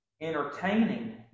entertaining